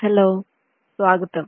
hello స్వాగతం